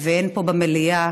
והן פה במליאה,